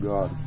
God